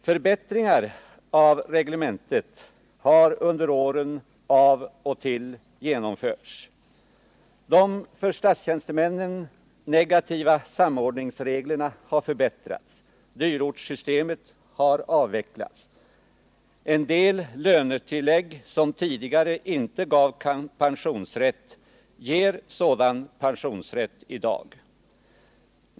Förbättringar av reglementet har under åren av och till genomförts. De för statstjänstemännen negativa samordningsreglerna har förbättrats. Dyrortssystemet har avvecklats. En del lönetillägg, som tidigare inte gav pensionsrätt, ger sådan pensionsrätt i dag.